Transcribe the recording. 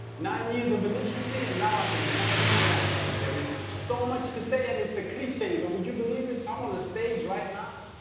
nine years of illiteracy, and now i can finally and write to you. there is so much to say, and it's a cliche, but would you believe it? i'm on a stage right now.